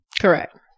Correct